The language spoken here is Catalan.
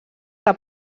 que